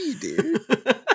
dude